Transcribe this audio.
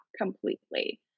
completely